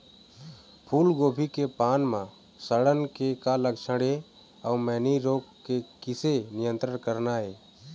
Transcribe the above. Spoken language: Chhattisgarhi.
फूलगोभी के पान म सड़न के का लक्षण ये अऊ मैनी रोग के किसे नियंत्रण करना ये?